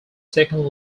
second